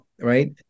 right